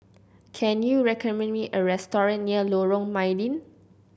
can you recommend me a restaurant near Lorong Mydin